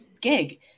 gig